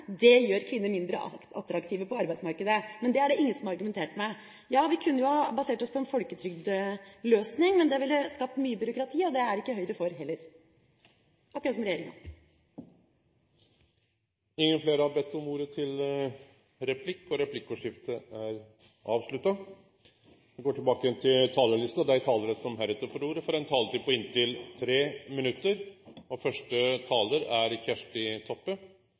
gjør kvinner mindre attraktive på arbeidsmarkedet, men det er det ingen som har argumentert med. Ja, vi kunne ha basert oss på en folketrygdløsning, men det ville ha skapt mye byråkrati, og det er Høyre heller ikke for, akkurat som regjeringa. Replikkordskiftet er avslutta. Dei talarane som heretter får ordet, får ei taletid på inntil 3 minutt. Eg synest det er ei veldig bra sak som Stortinget skal behandla i dag; om å gi lovfesta rett til betalt ammefri når ein har barn opptil eitt år. Det er